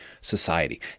society